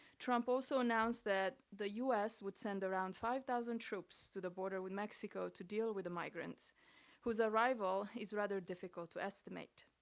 trump also announced that the us would send around five thousand troops to the border with mexico to deal with the migrants whose arrival is rather difficult to estimate.